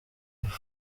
epfo